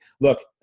look